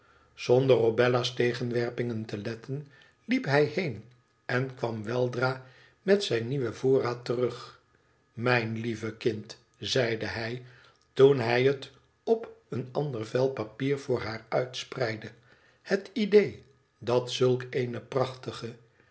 zonder op bella's tegenwerpingen te letten liep hij heen en kwam weldra met zijn nieuwen voorraad terug mijn lieve kind zeidehij toen hij het op een ander vel papier voor haar uitspreidde t het idéé dat zulk eene prachtig